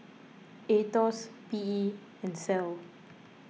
Aetos P E and Sal